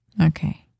Okay